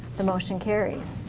the motion carries.